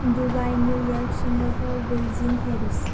Dubai New York Singapore Beijing Paris